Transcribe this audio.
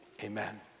Amen